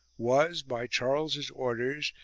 was, by charles's orders,